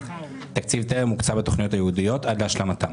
התקציב טרם הוקצה בתכניות הייעודיות עד להשלמתן.